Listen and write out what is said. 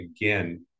again